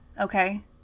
Okay